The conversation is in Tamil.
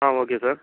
ah okay sir